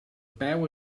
peu